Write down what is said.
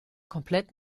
komplett